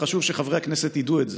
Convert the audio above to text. וחשוב שחברי הכנסת ידעו את זה: